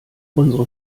unsere